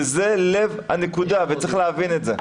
וזה לב הנקודה וצריך להבין את זה.